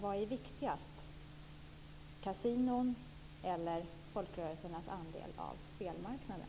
Vad är viktigast, kasinon eller folkrörelsernas andel av spelmarknaden?